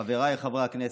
חבריי חברי הכנסת,